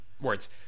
words